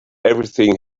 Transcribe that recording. everything